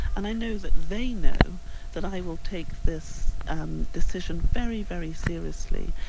and i know that they know that i will take this um decision very, very seriously,